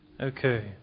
Okay